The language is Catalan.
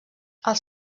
els